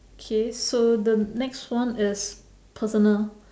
K so the next one is personal